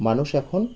মানুষ এখন